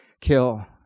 kill